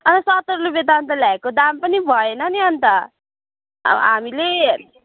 अन्त सत्तर रुपियाँ अन्त ल्याएको दाम पनि भएन नि अन्त अब हामीले